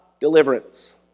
deliverance